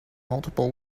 multiple